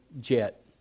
jet